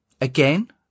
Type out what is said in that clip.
again